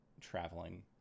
traveling